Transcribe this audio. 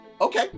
okay